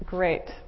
Great